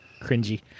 Cringy